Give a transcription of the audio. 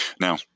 Now